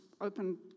open